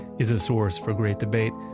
is a source for great debate,